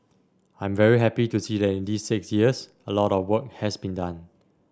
I'm very happy to see that in these six years a lot of work has been done